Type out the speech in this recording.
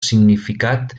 significat